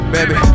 Baby